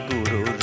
Guru